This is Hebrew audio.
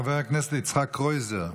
חבר הכנסת יצחק קרויזר,